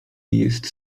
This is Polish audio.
jest